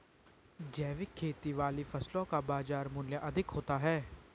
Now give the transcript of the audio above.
जैविक खेती वाली फसलों का बाजार मूल्य अधिक होता है